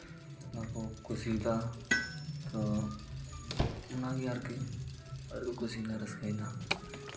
ᱚᱱᱟ ᱠᱚ ᱠᱩᱥᱤᱭᱟᱫᱟ ᱛᱚ ᱚᱱᱟᱜᱮ ᱟᱨᱠᱤ ᱟᱹᱰᱤ ᱠᱚ ᱠᱩᱥᱤᱭᱮᱱᱟ ᱨᱟᱹᱥᱠᱟᱹᱭᱮᱱᱟ